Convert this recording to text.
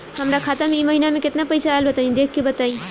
हमरा खाता मे इ महीना मे केतना पईसा आइल ब तनि देखऽ क बताईं?